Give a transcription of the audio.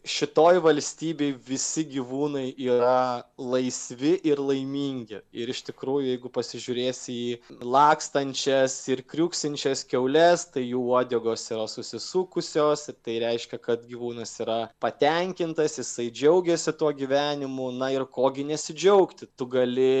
šitoj valstybėj visi gyvūnai yra laisvi ir laimingi ir iš tikrųjų jeigu pasižiūrėsi į lakstančias ir kriuksinčias kiaules tai jų uodegos yra susisukusios ir tai reiškia kad gyvūnas yra patenkintas jisai džiaugiasi tuo gyvenimu na ir ko gi nesidžiaugti tu gali